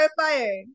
fire